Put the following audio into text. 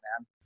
man